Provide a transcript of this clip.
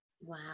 Wow